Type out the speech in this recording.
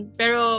pero